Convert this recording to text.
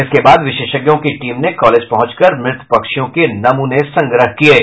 इसके बाद विशेषज्ञों की टीम ने कॉलेज पहुंचकर मृत पक्षियों के नमूने संग्रह किये हैं